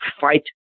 fight